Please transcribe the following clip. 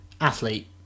athlete